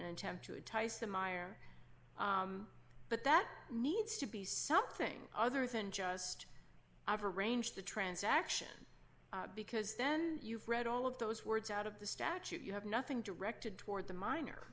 and attempt to entice the mire but that needs to be something other than just i've arranged the transaction because then you've read all of those words out of the statute you have nothing directed toward the minor